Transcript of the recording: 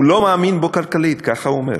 הוא לא מאמין בו כלכלית, ככה הוא אומר.